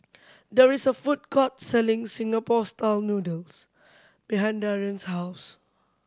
there is a food court selling Singapore Style Noodles behind Darion's house